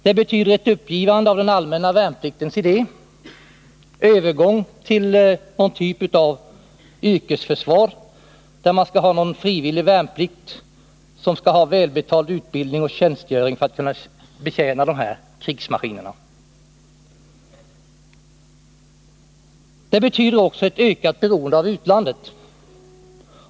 Det betyder ett uppgivande av den allmänna värnpliktens idé och övergång till någon typ av yrkesförsvar, där man skall ha frivillig värnplikt och välbetald utbildning och tjänstgöring för dem som skall betjäna dessa krigsmaskiner. Det betyder också ett ökat beroende av utlandet.